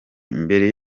mbere